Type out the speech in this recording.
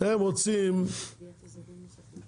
הם רוצים שקט,